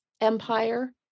empire